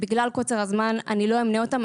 בגלל קוצר הזמן אני לא אמנה אותן.